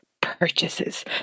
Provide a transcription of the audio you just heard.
purchases